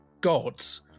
Gods